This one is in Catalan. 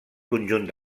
conjunt